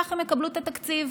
ככה הם יקבלו תקציב.